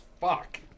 Fuck